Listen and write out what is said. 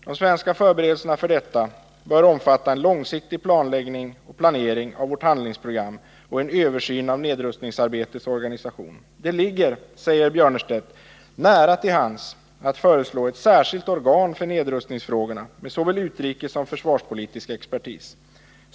De svenska förberedelserna för detta bör omfatta en långsiktig planering av vårt handlingsprogram och en översyn av nedrustningsarbetets organisation. Det ligger, säger Björnerstedt, nära till hands att föreslå ett särskilt organ för nedrustningsfrågorna med såväl utrikespolitisk som försvarspolitisk expertis.